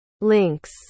Links